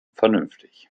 vernünftig